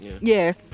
Yes